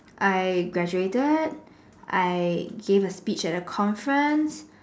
I graduated I gave a speech at a conference